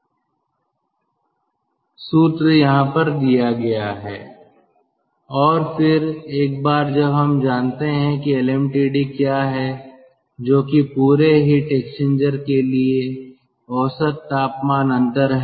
सूत्र यहाँ पर दिया गया है और फिर एक बार जब हम जानते है कि LMTD क्या है जो कि पूरे हीट एक्सचेंजर के लिए औसत तापमान अंतर है